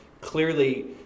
clearly